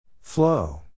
flow